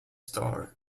star